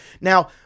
Now